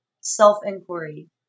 self-inquiry